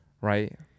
Right